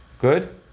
Good